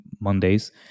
Mondays